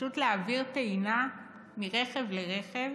פשוט להעביר טעינה מרכב לרכב.